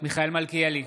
מיכאל מלכיאלי,